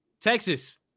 Texas